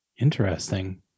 Interesting